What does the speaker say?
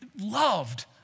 loved